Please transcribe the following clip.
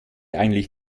eigentlich